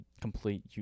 complete